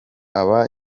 aba